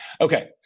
Okay